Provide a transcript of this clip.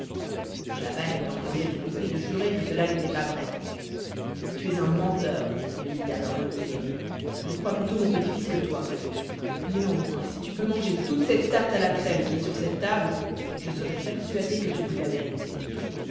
schaban eut encore l'effronterie de jurer que cela n'était pas vrai tu es un menteur lui dit alors le vizir je crois plutôt mon petit-fils que toi néanmoins si tu peux manger toute cette tarte à la crème qui est sur cette table je serai persuadé que tu dis la vérité